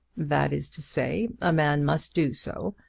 that is to say, a man must do so.